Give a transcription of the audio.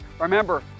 Remember